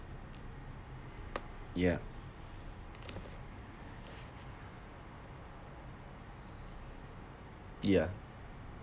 ya ya